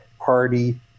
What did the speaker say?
party